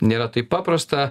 nėra taip paprasta